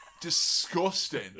Disgusting